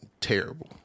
terrible